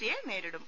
സിയെ നേരിടും